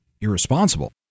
irresponsible